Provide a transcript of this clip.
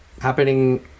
happening